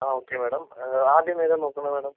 ആ okay madam ആദ്യം ഏതാണ് നോക്കുന്നത് മാഡം